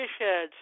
Fishheads